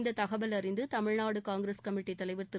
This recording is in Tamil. இந்த தகவல் அறிந்து தமிழ்நாடு காங்கிரஸ் கமிட்டித் தலைவர் திரு